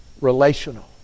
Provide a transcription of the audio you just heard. relational